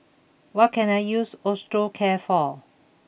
what can I use Osteocare for